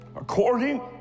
according